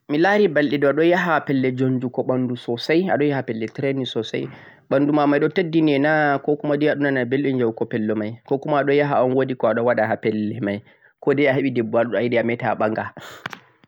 mi laari balɗe a ɗo yaha pelle jondugo ɓanndu soosay a ɗo ya ha trayning soosay, ɓanndu ma may ɗo teddi ni na nah?, 'ko kuma' day a ɗo nana belɗum yahugo pelle may?, 'ko kuma' a ɗo yaha un woodi ko a ɗo waɗa ha pelle may?, ko day a heɓi debbo a yiɗi a me ta a ɓanga?.